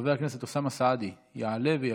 חבר הכנסת אוסאמה סעדי יעלה ויבוא.